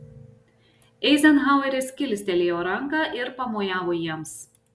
eizenhaueris kilstelėjo ranką ir pamojavo jiems